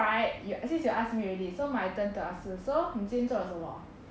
so right y~ since you ask me already so my turn to ask you so 你今天做了什么